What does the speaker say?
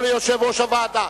או ליושב-ראש הוועדה.